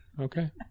Okay